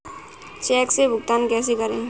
Check से भुगतान कैसे करें?